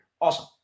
Awesome